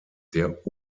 der